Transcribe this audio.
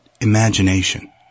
imagination